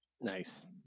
nice